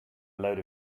load